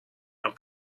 and